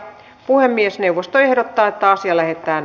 puhemiesneuvosto ehdottaa että asia lähetetään